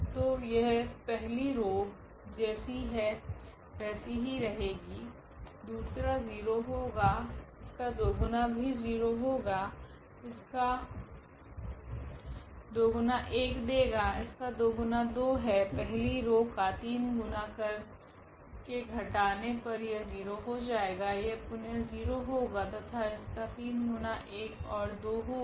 तो तो यह पहली रॉ जैसी है वेसि ही रहेगी दूसरा 0 होगा इसका दोगुना भी 0 होगा इसका दोगुना 1 देगा इसका दोगुना 2 है पहली रॉ का 3 गुना कर के घटाने पर यह 0 हो जाएगा यह पुनः 0 होगा तथा इसका 3 गुना 1 ओर 2 होगा